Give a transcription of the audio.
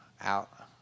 out